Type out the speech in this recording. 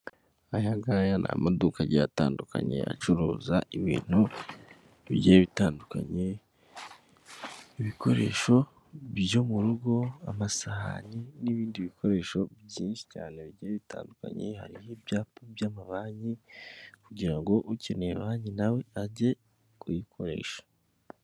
Aya ngaya ni amaduka agiye atandukanye, acuruza ibintu bigiye bitandukanye, ibikoresho byo mu rugo, amasahani n'ibindi bikoresho byinshi cyane bigiye bitandukanye, hari ibyapa by'amabanki, kugira ngo ukeneye banki nawe age kuyikoresha.